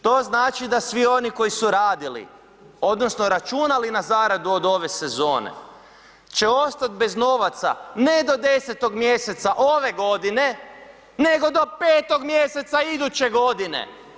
To znači da svi oni koji su radili odnosno računali na zaradu od ove sezone će ostat bez novaca ne do 10 mj. ove godine, nego do 5. mj. iduće godine.